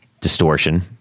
distortion